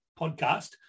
podcast